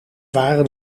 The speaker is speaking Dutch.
waren